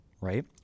right